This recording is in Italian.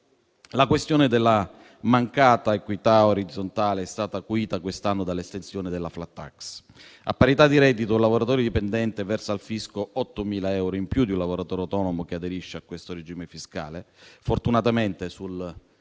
La questione della mancata equità orizzontale è stata acuita quest'anno dall'estensione della *flat tax.* A parità di reddito, un lavoratore dipendente versa al fisco 8.000 euro in più di un lavoratore autonomo che aderisce a questo regime fiscale. Fortunatamente, sul